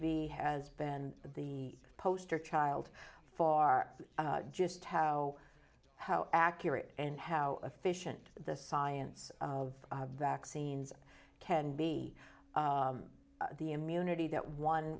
v has been the poster child for our just how how accurate and how efficient the science of vaccines can be the immunity that one